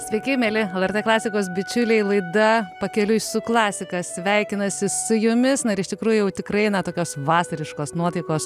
sveiki mieli lrt klasikos bičiuliai laida pakeliui su klasika sveikinasi su jumis na ir iš tikrųjų jau tikrai na tokios vasariškos nuotaikos